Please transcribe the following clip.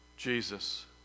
Jesus